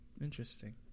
Interesting